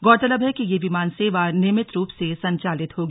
गौरतलब है कि यह विमान सेवा नियमित रूप से संचालित होगी